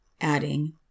Adding